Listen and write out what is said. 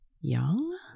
young